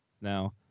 now